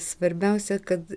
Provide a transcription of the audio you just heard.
svarbiausia kad